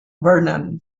vernon